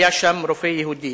היה שם רופא יהודי,